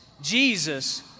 Jesus